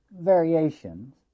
variations